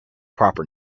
proper